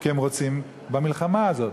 כי הם רוצים במלחמה הזאת.